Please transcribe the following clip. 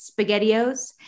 SpaghettiOs